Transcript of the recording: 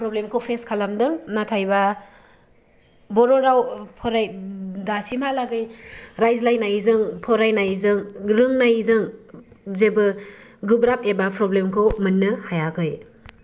प्रब्लेमखौ face खालामदों नाथायबा बर' राव फराय दासिमहा लागै रायज्लायनायजों फरायनायजों रोंनायजों जेबो गोब्राब एबा प्रब्लेमखौ मोननो हायाखै